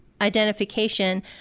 identification